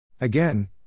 Again